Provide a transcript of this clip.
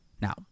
now